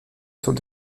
sont